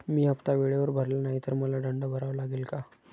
मी हफ्ता वेळेवर भरला नाही तर मला दंड भरावा लागेल का?